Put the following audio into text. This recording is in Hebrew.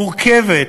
מורכבת,